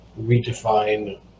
redefine